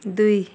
दुई